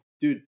dude